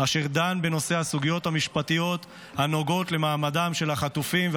אשר דן בנושא הסוגיות המשפטיות הנוגעות למעמדם של החטופים,